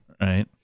right